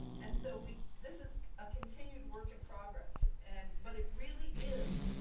and so we. this is a continued work in progress. and but it really is.